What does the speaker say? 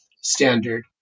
standard